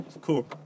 cool